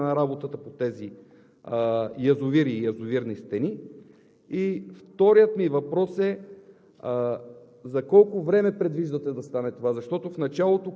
отремонтирането и за окончателното завършване на работата по тези язовири и язовирни стени? Вторият ми въпрос е: